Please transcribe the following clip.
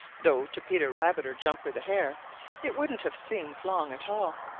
though to peter rabbit or jumper the hare it wouldn't have seemed long at all.